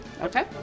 Okay